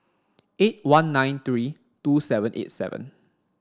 eight one nine three two seven eight seven